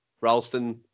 Ralston